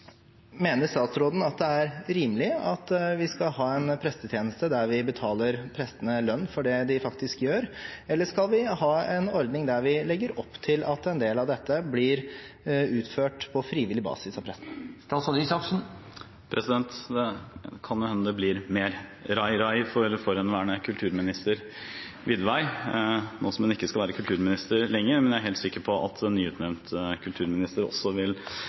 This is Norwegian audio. rimelig at vi skal ha en prestetjeneste der vi betaler prestene lønn for det de faktisk gjør, eller skal vi ha en ordning der vi legger opp til at en del av dette blir utført på frivillig basis av prestene? Det kan jo hende det blir mer «rai rai» for forhenværende kulturminister Widvey nå som hun ikke skal være kulturminister lenger. Men jeg er helt sikker på at den nyutnevnte kulturministeren også vil